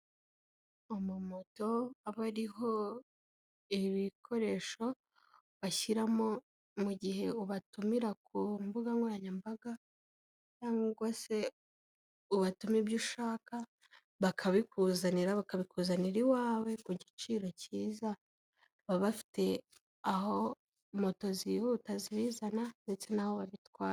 Amamoto aba ariho ibikoresho bashyiramo mu gihe ubatumira ku mbuga nkoranyambaga cyangwa se ubatuma ibyo ushaka bakabikuzanira bakabikuzanira iwawe ku giciro cyiza, baba bafite aho moto zihuta zibizana ndetse n'aho babitwara.